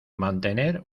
mantener